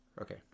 okay